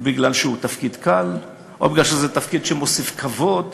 מפני שהוא תפקיד קל או מפני שזה תפקיד שמוסיף כבוד.